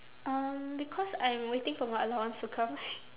um because I'm waiting for my allowance to come